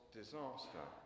disaster